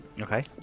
Okay